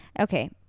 Okay